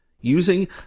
Using